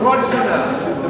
כל שנה.